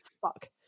fuck